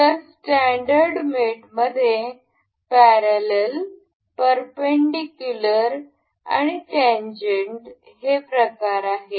तर स्टैंडर्ड मेटमध्ये parallel perpendicular tangent हे प्रकार आहेत